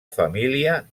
família